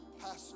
Pastor